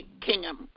kingdom